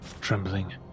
trembling